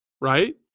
right